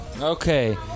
Okay